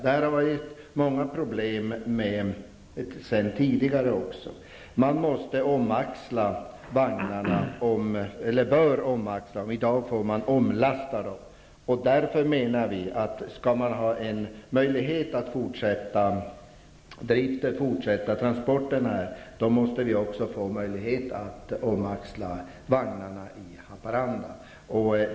Det har också tidigare varit många problem med det här. I dag måste man omlasta vagnarna, och om det skall bli möjligt att fortsätta med transporterna här måste vagnarna också kunna omaxlas i Haparanda.